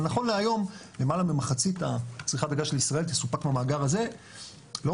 נכון להיום למעלה ממחצית צריכת הגז של ישראל תסופק מהמאגר הזה לאורך